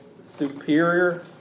superior